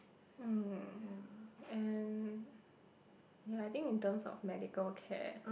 mm and ya I think in terms of medical care